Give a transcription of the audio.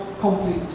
complete